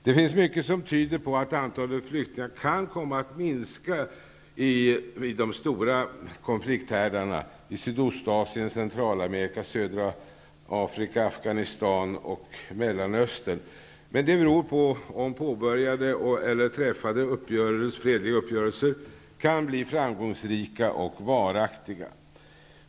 Det finns mycket som tyder på att antalet flyktingar kan komma att minska vid de stora konflikthärdarna i Sydostasien, Mellanöstern. Men det beror på om påbörjade eller träffade fredliga uppgörelser kan bli framgångsrika och varaktiga.